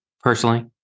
personally